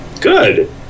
Good